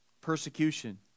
Persecution